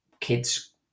kids